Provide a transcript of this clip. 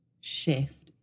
shift